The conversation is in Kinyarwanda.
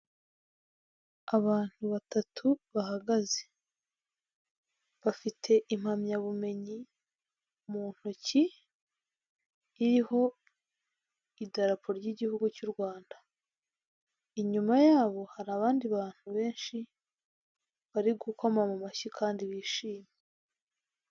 Abantu batatu bahagaze bafite impamyabumenyi mu ntoki iriho idarapo ry'Igihugu cy'u Rwanda, inyuma yabo hari abandi bantu benshi bari gukoma mu mashyi kandi bishimye.